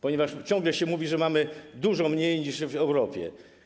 Ponieważ ciągle się mówi, że mamy dużo mniej niż w Europie.